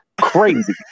crazy